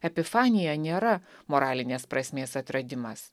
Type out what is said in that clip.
epifanija nėra moralinės prasmės atradimas